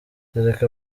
kereka